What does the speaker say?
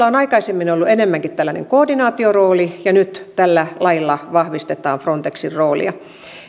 on aikaisemmin ollut enemmänkin tällainen koordinaatiorooli ja nyt tällä lailla vahvistetaan frontexin roolia